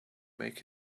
make